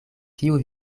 kiu